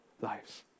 lives